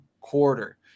quarter